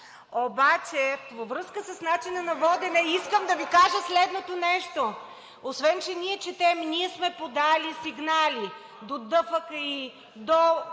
обаче във връзка с начина на водене, искам да Ви кажа следното нещо – освен че ние четем, ние сме подали сигнали до ДФКИ, до